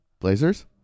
Blazers